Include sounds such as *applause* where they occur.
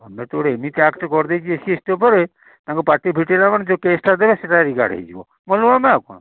ଧରି ନିଅନ୍ତୁ ଗୋଟେ ଏମିତି ଆକ୍ଟ କରିଦେଇଛି ଏସ୍ ସି ଏସ୍ ଟି ଉପରେ ତାଙ୍କ ପାଟି ଫିଟାଇଲା ମାନେ ଯୋଉ କେସ୍ଟା ଦେବେ ସେଇଟା ରିଗାର୍ଡ଼ ହେଇଯିବ *unintelligible* ଆଉ କ'ଣ